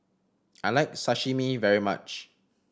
I like Sashimi very much